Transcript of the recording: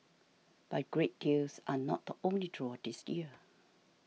but great deals are not the only draw this year